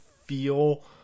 feel